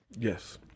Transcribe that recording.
Yes